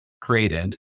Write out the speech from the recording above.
created